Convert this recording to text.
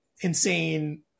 insane